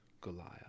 Goliath